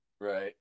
Right